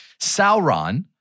Sauron